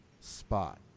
spot